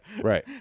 Right